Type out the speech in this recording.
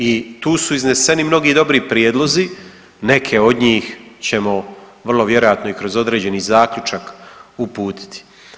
I tu su izneseni mnogi dobri prijedlozi, neke od njih ćemo vrlo vjerojatno i kroz određeni zaključak uputiti.